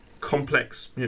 complex